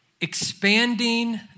Expanding